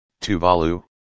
Tuvalu